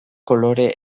kolore